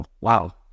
wow